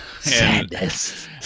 sadness